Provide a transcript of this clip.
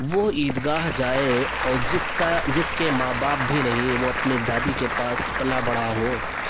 وہ عید گاہ جائے اور جس کا جس کے ماں باپ بھی نہیں ہیں وہ اپنی دادی کے پاس پلا بڑھا ہو